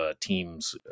teams